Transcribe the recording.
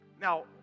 Now